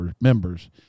members